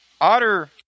Otter